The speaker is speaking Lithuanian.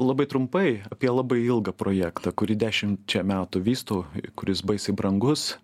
labai trumpai apie labai ilgą projektą kurį dešimčią metų vystau kuris baisiai brangus